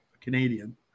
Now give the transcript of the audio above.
Canadian